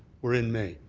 we're in may.